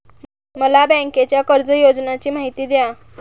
मला बँकेच्या कर्ज योजनांची माहिती द्या